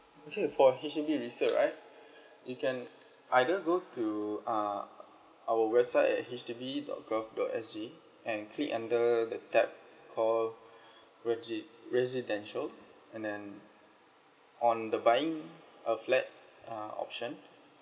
okay for H_D_B resale right you can either go to uh our website at H D B dot com dot S G and click under the tab or resi~ residential and then on the buying a flat (uh option